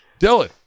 Dylan